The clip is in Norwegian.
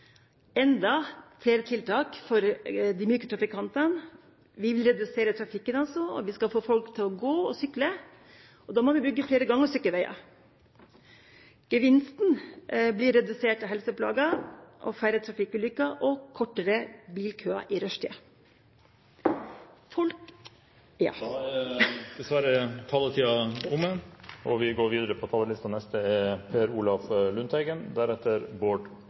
enda flere tiltak for de myke trafikantene. Vi vil altså redusere trafikken. Vi skal få folk til å gå og sykle, og da må vi bygge flere gang- og sykkelveier. Gevinsten blir reduserte helseplager, færre trafikkulykker og kortere bilkøer i rushtida. Folk … Da er dessverre taletiden omme. I finanskomiteens innstilling 2 S på side 22 står det noe viktig, at regjeringspartiene er